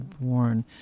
born